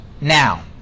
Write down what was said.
now